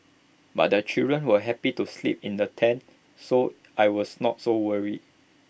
but the children were happy to sleep in the tent so I was not so worried